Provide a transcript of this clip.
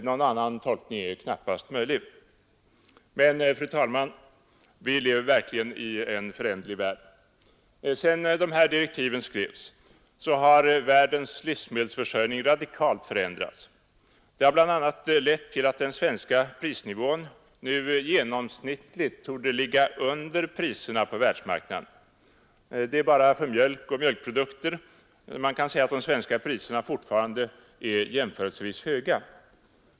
Någon annan tolkning är knappast möjlig. Men, fru talman, vi lever verkligen i en föränderlig värld. Sedan de här direktiven skrevs har världens livsmedelsförsörjning radikalt förändrats. Det har bl.a. lett till att den svenska prisnivån nu genomsnittligt torde ligga under priserna på världsmarknaden. Det är bara för mjölk och mjölkprodukter som man kan säga att de svenska priserna fortfarande är jämförelsevis höga.